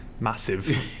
massive